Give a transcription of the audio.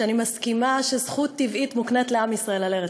שאני מסכימה שזכות טבעית מוקנית לעם ישראל על ארץ-ישראל.